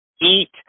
Eat